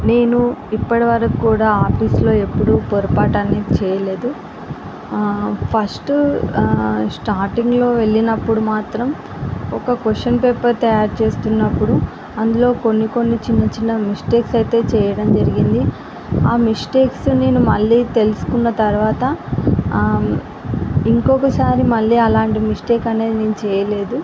నేను ఇప్పడివరుకు కూడా ఆఫీస్లో ఎప్పుడు పొరపాటు అనేది చేయలేదు ఫస్ట్ స్టార్టింగ్లో వెళ్ళినప్పుడు మాత్రం ఒక క్వషన్ పేపర్ తయారు చేస్తున్నప్పుడు అందులో కొన్ని కొన్ని చిన్న చిన్న మిస్టేక్స్ అయితే చేయడం జరిగింది ఆ మిస్టేక్స్ నేను మళ్ళీతెలుకున్న తర్వాత ఆ ఇంకొక సారి మళ్ళీ అలాంటి మిస్టేక్ అనేది నేను చేయలేదు